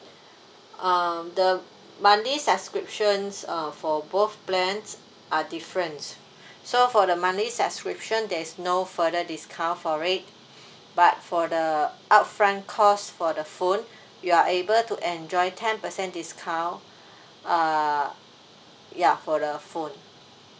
um the monthly subscriptions uh for both plans are different so for the monthly subscription there's no further discount for it but for the upfront cost for the phone you are able to enjoy ten percent discount uh ya for the phone